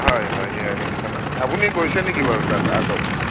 হয় হয় নিৰামিষ খানা আপুনি গৈছে নেকি বাৰু তাত আগত